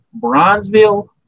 Bronzeville